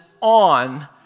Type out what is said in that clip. on